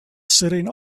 sitting